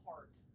Heart